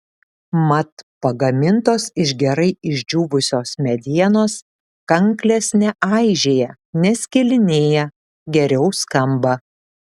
mat pagamintos iš gerai išdžiūvusios medienos kanklės neaižėja neskilinėja geriau skamba